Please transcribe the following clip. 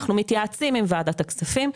אנחנו מתייעצים עם ועדת הכספים,